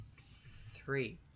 Three